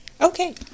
Okay